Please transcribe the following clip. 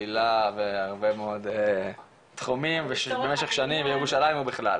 פעילה בהרבה מאוד תחומים בירושלים ובכלל,